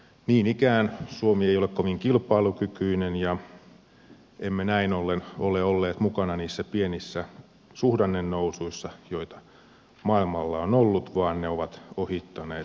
niin ikään suomi ei ole kovin kilpailukykyinen ja emme näin ollen ole olleet mukana niissä pienissä suhdannenousuissa joita maailmalla on ollut vaan ne ovat ohittaneet suomen